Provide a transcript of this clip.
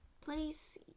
place